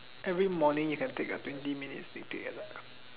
every morning you can take a twenty minute sneak peek